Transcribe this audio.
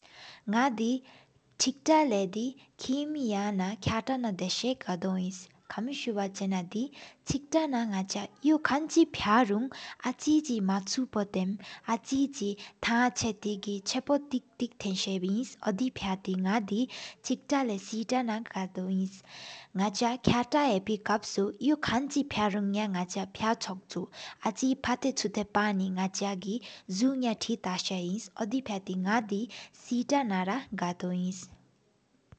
ནག་དེ་གཅིག་ཏ་ལེ་དེ་ཁིམ་ཡ་ན་ཁྲག་ན། དེ་ས་ག་དོར་ཨིན་ཁ་མི་གསུབ་ཡ། གཅིག་ཏ་ན་ཡུག་དཀའ་དི་གཅིག་ཕ་རུང་། མཆུ་པོ་དེ་མ་ཨ་ཅིག་བཧ་འོད་ཆེ་པོ་དེ། དེ་ལེ་ཆེ་པོ་ཐིག་ཐིག་ལྡན་ས་ཨིནས། ཨོ་དེ་ཕ་ཏེ་ནག་དེ་གཅེག་ཏ་ལེ་སེཐ་ནང་ག་དོར་ཨིན། ནག་ཆ་ཁཏ་ཡེ་ཕ་ཁབ་གསུ་ཡུག་ཁང་གཅིག་བཀར། ཕ་རུང་ནག་ཆ་ཕའོ་ཟླུའི་ཆོས་རྒྱ་ཨིན་འདུག་ཨེ་ཧེ་མས་འགྲིལ་ས་མཐའ་བདག་པ། པ་ནི་ནག་ཆ་གི་ཟུ་ཡ་ཐིག་ཏ་ཧ་སེ་ཨིནས། ཨོ་དེ་ཕ་ཏེ་ནག་དེ་སེ་ཏ་ན་ག་དོ་ཨིནས།